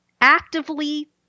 actively